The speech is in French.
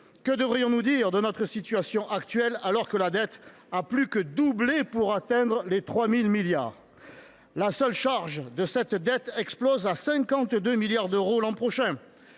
Que devrions nous dire de notre situation actuelle, la dette ayant plus que doublé pour atteindre les 3 000 milliards ? La seule charge de la dette explosera à 52 milliards d’euros l’an prochain.